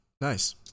Nice